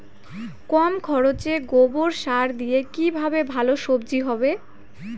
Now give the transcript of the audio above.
কম খরচে গোবর সার দিয়ে কি করে ভালো সবজি হবে?